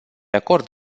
acord